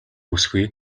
бүсгүй